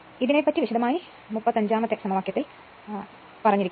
ഇതിനെ പറ്റി വിശദമായി 35 ആം സമവാക്യത്തിൽ പറഞ്ഞിരിക്കുന്നു